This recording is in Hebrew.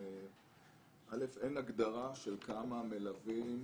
ראשית, אין הגדרה של כמה מלווים